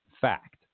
fact